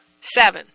Seven